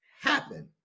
happen